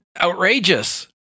outrageous